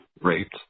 raped